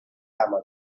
ama